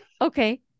Okay